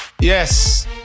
Yes